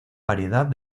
variedad